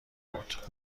بود